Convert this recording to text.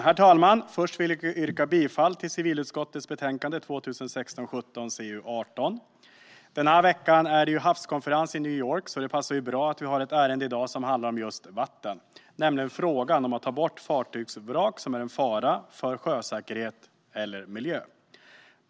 Herr talman! Jag yrkar bifall till civilutskottets förslag i betänkande 2006/17:CU18. Den här veckan är det havskonferens i New York, så det passar bra att vi har ett ärende i dag som handlar om just vatten, nämligen frågan om att ta bort fartygsvrak som är en fara för sjösäkerhet eller miljö.